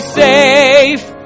safe